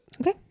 Okay